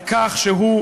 על כך שהוא,